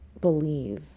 believe